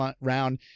round